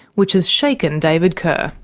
which has shaken david kerr.